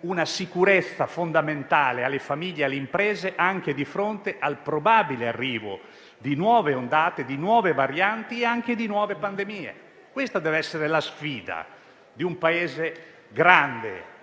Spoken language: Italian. una sicurezza fondamentale alle famiglie e alle imprese anche di fronte al probabile arrivo di nuove ondate di nuove varianti e anche di nuove pandemie. Questa deve essere la sfida di un grande